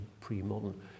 pre-modern